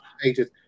pages